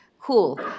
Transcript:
cool